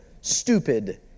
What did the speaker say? stupid